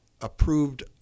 approved